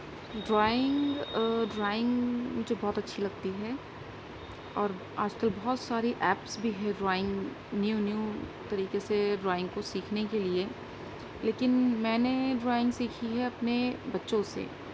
drawing drawing مجھے بہت اچھی لگتی ہے اور آج کل بہت ساری ایپس بھی ہیں ڈرائنگ نیو نیو طریقے سے ڈرائنگ کو سیکھنے کے لیے لیکن میں نے ڈرائنگ سیکھی ہے اپنے بچوں سے